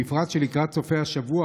ובפרט לקראת סופי השבוע,